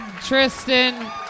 Tristan